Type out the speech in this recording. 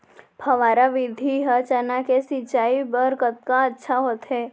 फव्वारा विधि ह चना के सिंचाई बर कतका अच्छा होथे?